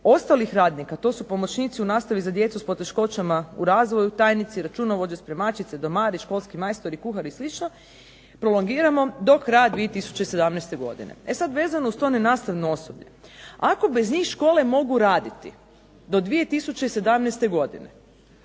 ostalih radnika, to su pomoćnici u nastavi za djecu s poteškoćama u razvoju, tajnici računovođe, spremačice, domari, školski majstori kuhari i slično prolongiramo do kraja 2017. godine. E sada vezano uz to nenastavno osoblje, ako bez njih škole mogu raditi, do 217. godine